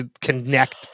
connect